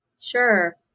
Sure